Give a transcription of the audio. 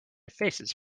faces